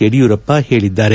ಯಡಿಯೂರಪ್ಪ ಹೇಳಿದ್ದಾರೆ